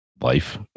life